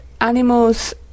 animals